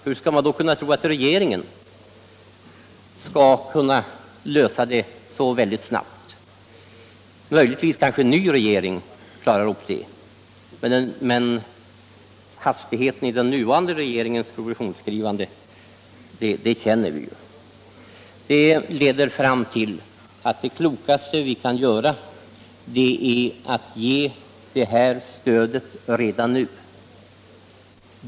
Hur skall man då kunna tro att regeringen skall kunna lösa det så väldigt snabbt? Möjligtvis kan en ny regering klara saken. Hastigheten i den nuvarande regeringens propositionsskrivande känner vi ju. Detta leder mig fram till att det klokaste vi kan göra är att ge det här stödet redan nu.